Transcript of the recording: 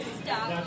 stop